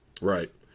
Right